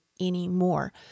anymore